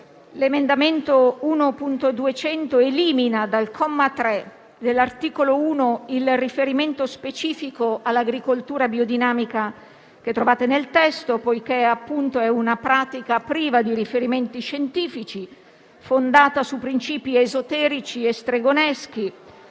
l'emendamento 1.200 elimina dal comma 3 dell'articolo 1 il riferimento specifico all'agricoltura biodinamica che trovate nel testo, poiché si tratta di una pratica priva di riferimenti scientifici, fondata su principi esoterici e stregoneschi.